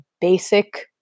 basic